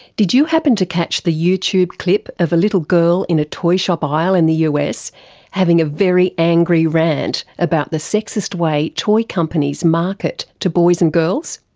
did you happen to catch the youtube clip of a little girl in a toy shop aisle in the us having a very angry rant about the sexist way toy companies market to boys and girls?